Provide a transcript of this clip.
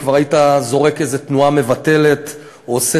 כבר היית זורק איזו תנועה מבטלת או עושה